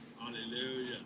Hallelujah